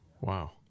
Wow